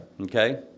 Okay